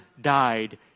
died